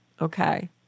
Okay